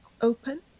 open